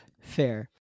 Fair